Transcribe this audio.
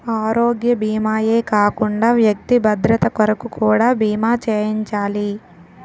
ఆరోగ్య భీమా ఏ కాకుండా వ్యక్తి భద్రత కొరకు కూడా బీమా చేయించాలి